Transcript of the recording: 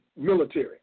military